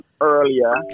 earlier